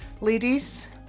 Ladies